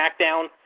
SmackDown